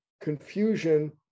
Confusion